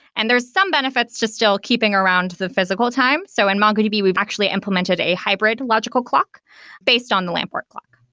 and there are some benefits to still keeping around the physical time. so in mongodb, we've actually implemented a hybrid logical clock based on the lamport clock.